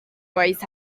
always